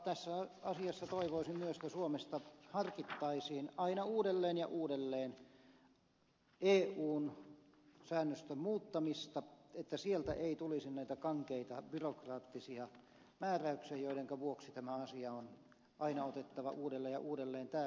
tässä asiassa toivoisi myös että suomessa harkittaisiin aina uudelleen ja uudelleen eun säännöstön muuttamista että sieltä ei tulisi näitä kankeita byrokraattisia määräyksiä joidenka vuoksi tämä asia on aina otettava uudelleen ja uudelleen täällä esille